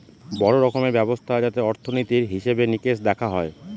বড়ো রকমের ব্যবস্থা যাতে অর্থনীতির হিসেবে নিকেশ দেখা হয়